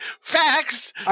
Facts